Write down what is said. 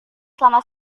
selama